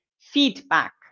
feedback